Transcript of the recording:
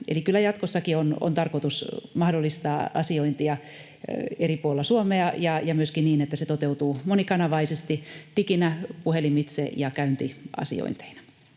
Eli kyllä jatkossakin on tarkoitus mahdollistaa asiointia eri puolilla Suomea ja myöskin niin, että se toteutuu monikanavaisesti: diginä, puhelimitse ja käyntiasiointeina.